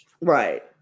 Right